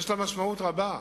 יש לה משמעות רבה.